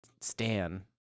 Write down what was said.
Stan